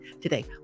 today